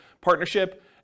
partnership